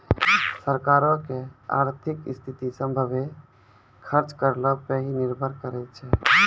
सरकारो के आर्थिक स्थिति, सभ्भे खर्च करो पे ही निर्भर करै छै